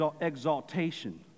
exaltation